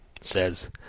says